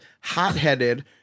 hot-headed